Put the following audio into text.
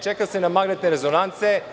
Čeka se na magnetne rezonance.